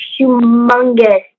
humongous